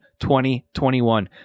2021